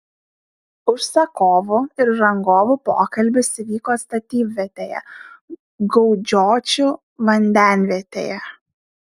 užsakovų ir rangovų pokalbis įvyko statybvietėje gaudžiočių vandenvietėje